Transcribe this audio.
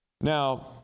Now